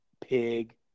pig